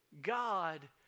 God